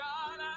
God